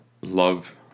Love